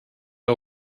der